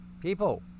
people